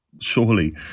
surely